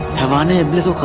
haivaan-e-iblis